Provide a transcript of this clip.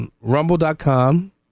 rumble.com